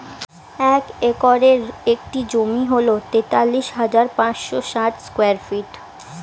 এক একরের একটি জমি হল তেতাল্লিশ হাজার পাঁচশ ষাট স্কয়ার ফিট